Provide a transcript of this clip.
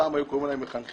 פעם היו קוראים להם מחנכים,